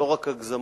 לא רק הגזמות,